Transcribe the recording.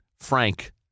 Frank